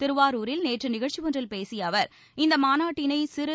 திருவாரூரில் நேற்று நிகழ்ச்சி ஒன்றில் பேசிய அவர் இந்த மாநாட்டினை சிறு